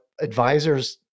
advisors